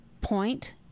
point